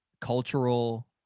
cultural